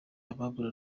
abambona